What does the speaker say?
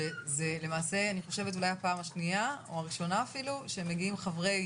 שזה למעשה אני חושבת אולי הפעם השנייה או הראשונה אפילו שמגיעים חברי